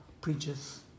preaches